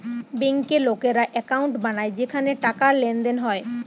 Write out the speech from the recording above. বেঙ্কে লোকেরা একাউন্ট বানায় যেখানে টাকার লেনদেন হয়